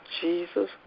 Jesus